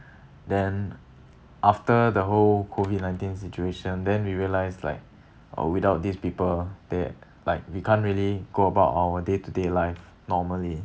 then after the whole COVID nineteen situation then we realise like uh without these people that like we can't really go about our day to day life normally